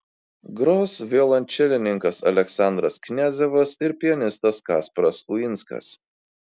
gros violončelininkas aleksandras kniazevas ir pianistas kasparas uinskas